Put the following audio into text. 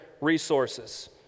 resources